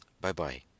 bye-bye